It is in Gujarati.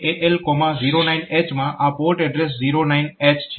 જેમ કે AL 09H માં આ પોર્ટ એડ્રેસ 09H છે